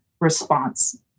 response